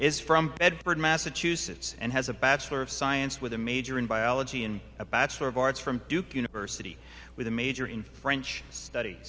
is from bedford massachusetts and has a bachelor of science with a major in biology and a bachelor of arts from duke university with a major in french study